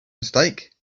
mistake